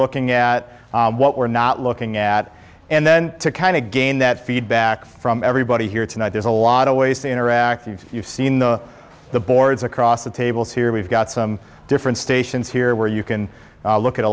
looking at what we're not looking at and then to kind of gain that feedback from everybody here tonight there's a lot of ways to interact if you've seen the the boards across the tables here we've got some different stations here where you can look at a